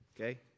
Okay